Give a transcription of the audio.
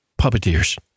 puppeteers